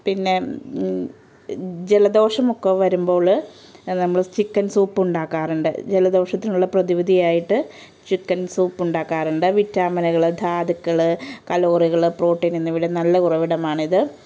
പിന്നെ ജലദോഷമൊക്കെ വരുമ്പോൾ നമ്മൾ ചിക്കൻ സൂപ്പ് ഉണ്ടാക്കാറുണ്ട് ജലദോഷത്തിനുള്ള പ്രധിവിധിയായിട്ട് ചിക്കൻ സൂപ്പ് ഉണ്ടാക്കാറുണ്ട് വിറ്റാമിനുകൾ ധാതുക്കൾ കലോറികൾ പ്രോട്ടീൻ എന്നിവയുടെ നല്ല ഉറവിടമാണ് ഇത്